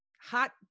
hot